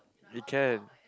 it can